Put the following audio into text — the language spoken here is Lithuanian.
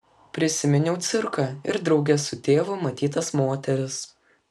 prisiminiau cirką ir drauge su tėvu matytas moteris